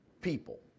people